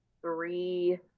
three